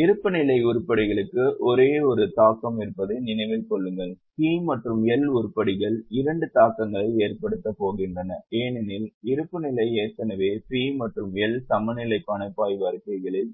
இருப்புநிலை உருப்படிகளுக்கு ஒரே ஒரு தாக்கம் இருப்பதை நினைவில் கொள்ளுங்கள் P மற்றும் L உருப்படிகள் இரண்டு தாக்கங்களை ஏற்படுத்தப் போகின்றன ஏனெனில் இருப்புநிலை ஏற்கனவே P மற்றும் L சமநிலை பணப்பாய்வு அறிக்கைகளில்